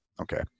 Okay